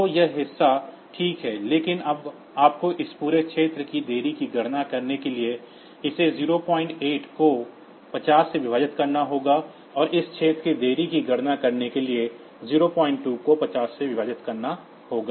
तो यह हिस्सा ठीक है लेकिन अब आपको इस पूरे क्षेत्र की देरी की गणना करने के लिए इसे 08 को 50 में विभाजित करना होगा और इस क्षेत्र की देरी की गणना करने के लिए 02 को 50 से विभाजित करना होगा